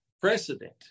precedent